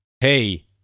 hey